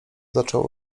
zaczął